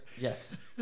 Yes